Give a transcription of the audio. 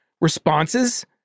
responses